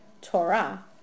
Torah